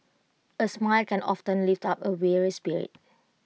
A smile can often lift up A weary spirit